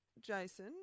Jason